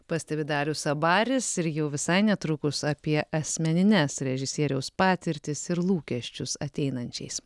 pastebi darius abaris ir jau visai netrukus apie asmenines režisieriaus patirtis ir lūkesčius ateinančiais